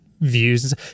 views